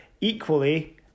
equally